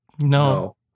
No